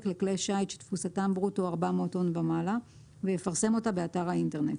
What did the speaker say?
לכלי שיט שתפוסתם ברוטו 400 טון ומעלה ויפרסם אותה באתר האינטרנט.